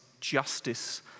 justice